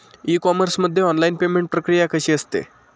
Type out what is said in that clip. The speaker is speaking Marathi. ई कॉमर्स मध्ये ऑनलाईन पेमेंट प्रक्रिया कशी असते?